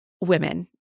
women